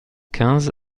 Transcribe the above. quinze